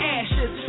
ashes